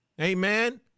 Amen